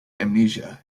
amnesia